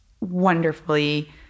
wonderfully